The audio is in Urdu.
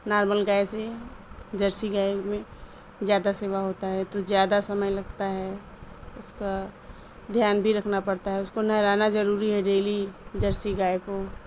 نارمل گائے سے جرسی گائے میں زیادہ سیوا ہوتا ہے تو زیادہ سمے لگتا ہے اس کا دھیان بھی رکھنا پڑتا ہے اس کو نہلانا ضروری ہے ڈیلی جرسی گائے کو